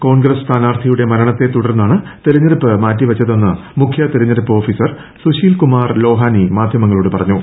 കോൺഗ്രസ് സ്ഥാനാർത്ഥിയുടെ മരണത്തെത്തുടർന്നാണ് തെരഞ്ഞെടുപ്പ് മാറ്റി വെച്ചതെന്ന് മുഖ്യ തെരഞ്ഞെടുപ്പ് ഓഫീസർ സുശീൽ ്കുമാർ ലൊഹാനി മാധ്യമങ്ങളോട് പറഞ്ഞു